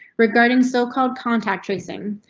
regarding so called contact tracing.